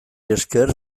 esker